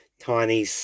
tiny